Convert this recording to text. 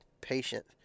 patient